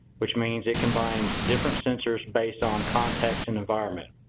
which means it combines different sensors based on contacts and environment.